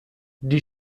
die